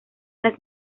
las